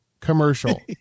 commercial